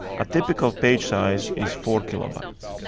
a typical page size is four kilobytes,